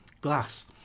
glass